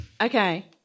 Okay